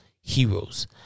heroes